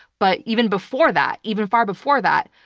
but even before that, even far before that,